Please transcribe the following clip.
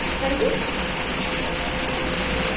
ऐं जी